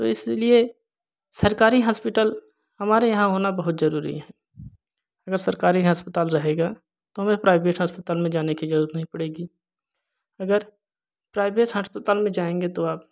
तो इसलिए सरकारी हॉस्पिटल हमारे यहाँ होना बहुत जरूरी है अगर सरकारी अस्पताल रहेगा तो हमें प्राइवेट हॉस्पिटल में जाने की जरूरी नहीं पड़ेगी अगर प्राइवेट अस्पताल में जाएंगे तो आप